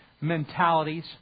mentalities